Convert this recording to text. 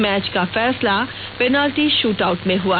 match का फैसला penalty shootout में हुआ